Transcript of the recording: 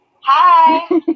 Hi